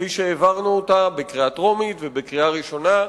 כפי שהעברנו אותה בקריאה טרומית ובקריאה ראשונה,